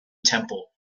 temple